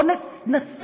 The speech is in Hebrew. בואו נדבר על המסגרת,